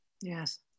Yes